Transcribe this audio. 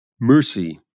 Mercy